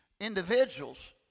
individuals